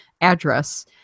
address